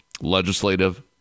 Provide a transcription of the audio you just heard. legislative